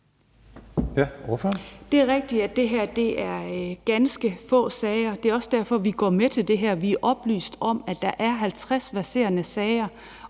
Det er rigtigt, at det er ganske få sager. Det er også derfor, vi går med til det her. Vi er oplyst om, at der er 50 verserende sager,